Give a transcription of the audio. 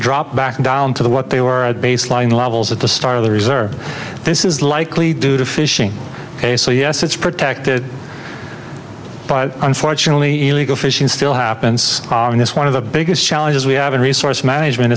drop back down to the what they were at baseline levels at start of the reserve this is likely due to fishing so yes it's protected but unfortunately illegal fishing still happens in this one of the biggest challenges we have in resource management